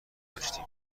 داشتم